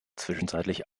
zwischenzeitlich